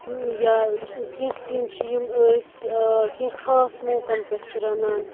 یا کیٚنٛہہ سیٚنۍ چھِ یِم أسۍ آ کیٚنٛہہ خاص موقعن پٮ۪ٹھ چھِ رَنان